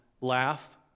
laugh